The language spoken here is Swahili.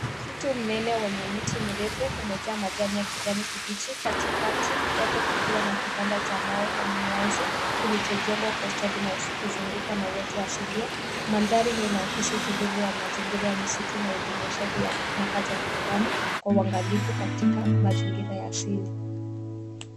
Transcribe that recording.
Msitu mnene wenye miti mirefu umejaa majani ya kijani kibichi, katikati yake kukiwa na kibanda cha mbao au muyanzi kilicho jengwa kwa ustadi na kuzungukwa na watu asilia. Mandhari hiyo ina akisi utulivu wa mazingira ya misitu na ujumuishaji wa makazi ya binadamu kwa uangalifu katika mazingira ya asili.